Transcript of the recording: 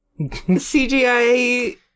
CGI